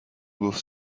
گفت